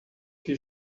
que